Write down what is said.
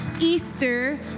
Easter